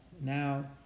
Now